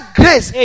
grace